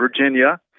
Virginia